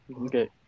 Okay